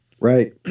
Right